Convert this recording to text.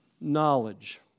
knowledge